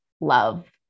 love